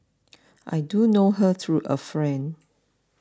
I do know her through a friend